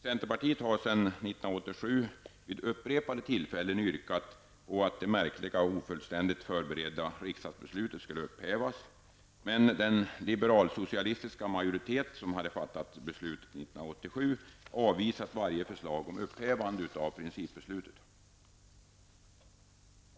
Centerpartiet har sedan 1987 vid upprepade tillfällen yrkat på att det märkliga och ofullständigt förberedda riksdagsbeslutet skulle upphävas. Men den liberal-socialistiska majoritet som hade fattat beslutet 1987 har avvisat varje förslag om upphävande av principbeslutet.